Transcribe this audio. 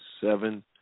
seven